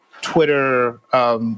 Twitter